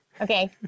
Okay